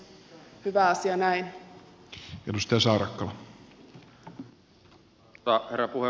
arvoisa herra puhemies